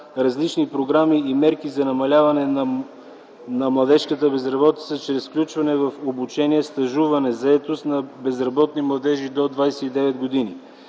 различни програми и мерки за намаляване на младежката безработица чрез включване в обучение, стажуване и заетост на безработни младежи до 29 години.